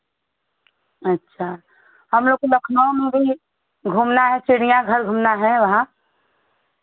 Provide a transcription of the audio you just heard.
अच्छा हम लोग को लखनऊ में भी घूमना है चिड़िया घर घूमना है वहाँ